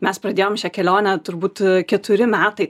mes pradėjom šią kelionę turbūt keturi metai